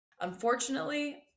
Unfortunately